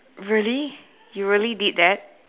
really you really did that